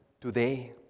today